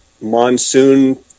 monsoon